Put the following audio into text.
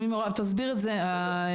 תסביר את זה איזבל.